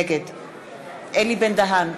נגד אלי בן-דהן,